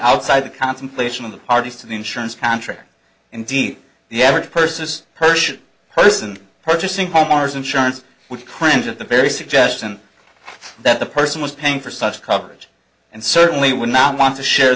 outside the contemplation of the parties to the insurance contract indeed the average person is persian person purchasing homeowner's insurance would cringe at the very suggestion that the person was paying for such coverage and certainly would not want to share